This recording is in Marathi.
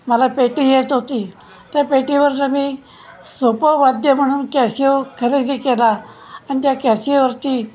मला पेटी येत होती त्या पेटीवरनं मी सोपं वाद्य म्हणून कॅशिओ खरेदी केला आणि त्या कॅशिओवरती